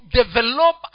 develop